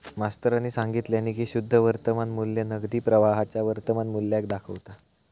मास्तरानी सांगितल्यानी की शुद्ध वर्तमान मू्ल्य नगदी प्रवाहाच्या वर्तमान मुल्याक दाखवता